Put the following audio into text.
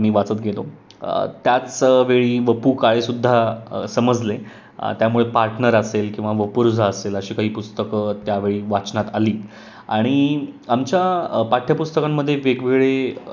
मी वाचत गेलो त्याच वेळी व पु काळेसुद्धा समजले त्यामुळे पार्टनर असेल किंवा वपूर्झा असेल अशी काही पुस्तकं त्यावेळी वाचनात आली आणि आमच्या पाठ्यपुस्तकांमध्ये वेगवेगळे